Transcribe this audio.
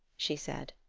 she said.